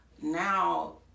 now